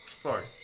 Sorry